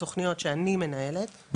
התוכניות שאני מנהלת,